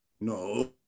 No